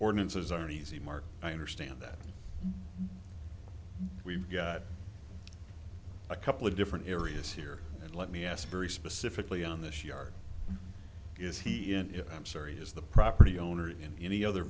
ordinances are an easy mark i understand that we've got a couple of different areas here and let me ask very specifically on this yard is he in i'm sorry is the property owner in any other